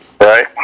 Right